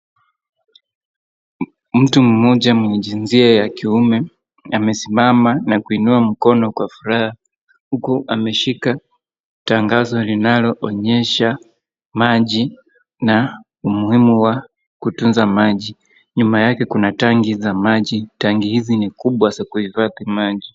Mtu mgenzia wa kiume amesimama na kuinua mkono kwa furaha huku ameshika tangazo linalonyesha maji na umuhimu wa kutunza maji. Nyuma yake kuna tank za maji. Tank hizi ni kubwa za kuhifadhi maji.